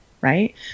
Right